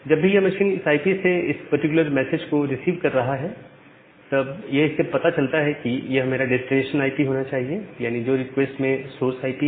जब भी यह मशीन इस आईपी से इस पार्टिकुलर मैसेज को रिसीव कर रहा है तब यह इससे पता चलता है कि यह मेरा डेस्टिनेशन आईपी होना चाहिए यानी जो रिक्वेस्ट में सोर्स आईपी है